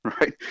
right